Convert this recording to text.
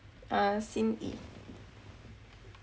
uh xin yi